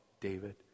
David